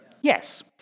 Yes